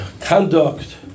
conduct